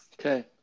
Okay